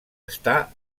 està